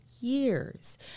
years